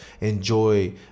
enjoy